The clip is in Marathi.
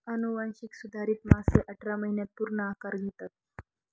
अनुवांशिक सुधारित मासे अठरा महिन्यांत पूर्ण आकार घेतात